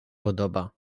podoba